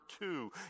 two